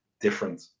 different